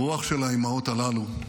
הרוח של האימהות הללו,